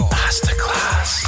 masterclass